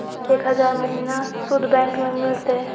एक हजार के महिना शुद्ध बैंक से मिल तय?